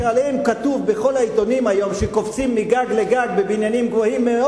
שעליהם כתוב בכל העיתונים היום שקופצים מגג לגג בבניינים גבוהים מאוד,